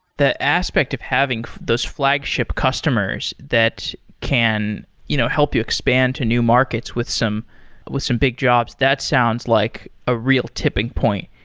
the aspect of having those flagship customers that can you know help you expand to new markets with some with some big jobs, that sounds like a real tipping point.